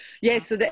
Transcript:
Yes